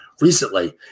recently